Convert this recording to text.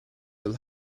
will